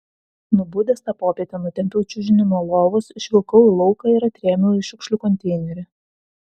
nubudęs tą popietę nutempiau čiužinį nuo lovos išvilkau į lauką ir atrėmiau į šiukšlių konteinerį